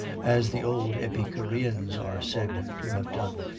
as the old epicureans are said to have done.